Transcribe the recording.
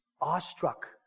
awestruck